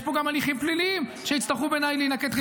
יש פה גם הליכים פליליים שבעיניי יצטרכו להינקט.